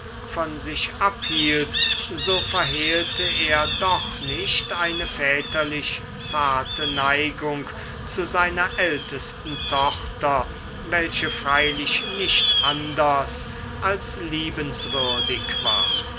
von sich abhielt so verhehlte er doch nicht eine väterlich zarte neigung zu seiner ältesten tochter welche freilich nicht anders als liebenswürdig war